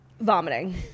Vomiting